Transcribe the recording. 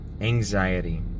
anxiety